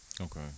Okay